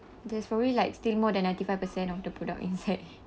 there's probably like still more than ninety-five percent of the product inside